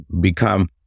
become